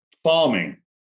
Farming